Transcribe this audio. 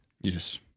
Yes